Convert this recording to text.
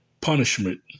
punishment